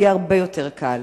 יהיה הרבה יותר קל.